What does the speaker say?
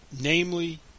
namely